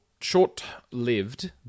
short-lived